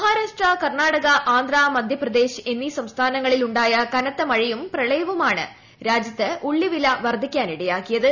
മഹാരാഷ്ട്ര കർണ്ണാടക ആന്ധ്ര മധ്യപ്രദേശ് എന്നീ സംസ്ഥാനങ്ങളിൽ ഉണ്ടായ കനത്ത മഴയും പ്രളയവുമാണ് രാജ്യത്ത് ഉള്ളി വില വർദ്ധിക്കാനിടയാക്കിയത്